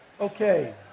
Okay